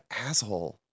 asshole